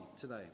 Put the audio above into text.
today